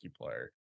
player